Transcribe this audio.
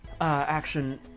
action